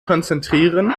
konzentrieren